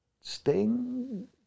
Sting